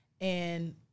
And-